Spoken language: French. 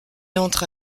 entre